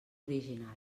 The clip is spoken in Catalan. original